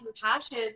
compassion